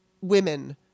women